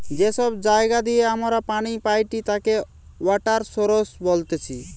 যে সব জায়গা দিয়ে আমরা পানি পাইটি তাকে ওয়াটার সৌরস বলতিছে